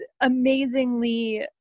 amazingly